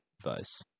advice